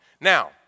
Now